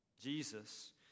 Jesus